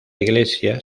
iglesia